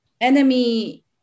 enemy